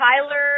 Tyler